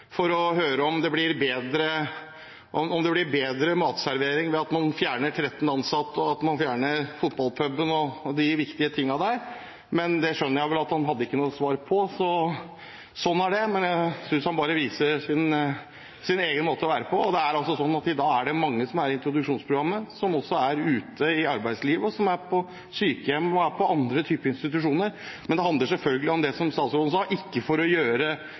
for å høre om det blir bedre matservering ved at man fjerner 13 ansatte, fjerner fotballpuben og disse viktige tingene, men det skjønner jeg vel at han ikke har noe svar på, så sånn er det. Jeg synes bare han viser sin egen måte å være på. Det er sånn at i dag er det mange i introduksjonsprogrammet som også er ute i arbeidslivet, som er på sykehjem eller er på andre typer institusjoner, men det handler selvfølgelig om det som statsråden sa: ikke for å gjøre